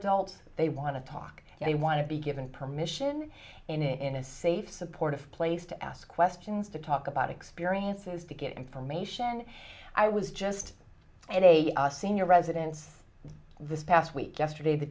adults they want to talk and they want to be given permission in a safe supportive place to ask questions to talk about experiences to get information i was just in a senior residence this past week yesterday the